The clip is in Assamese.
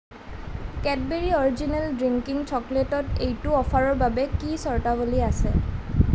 কেটবেৰী অৰিজিনেল ড্ৰিংকিং চকলেটত এইটো অফাৰৰ বাবে কি চৰ্তাৱলী আছে